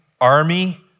army